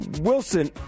Wilson